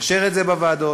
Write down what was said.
נאשר את זה בוועדות,